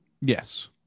Yes